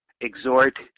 exhort